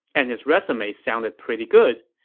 and his resume sounded pretty good.